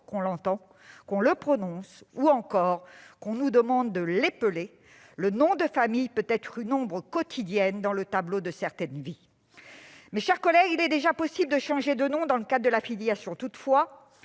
qu'on l'entend, qu'on le prononce ou encore qu'on nous demande de l'épeler. Le nom de famille peut être une ombre quotidienne dans le tableau de certaines vies. Mes chers collègues, il est déjà possible de changer de nom dans le cadre de la filiation. Toutefois,